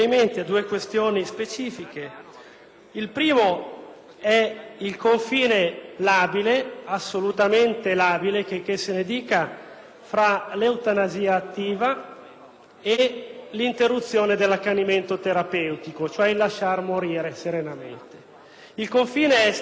Il primo è il confine labile, assolutamente labile - checché se ne dica - tra eutanasia attiva e interruzione dell'accanimento terapeutico, cioè il lasciar morire serenamente. Il confine è estremamente labile.